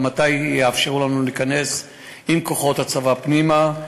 מתי יאפשרו לנו להיכנס עם כוחות הצבא פנימה.